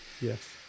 yes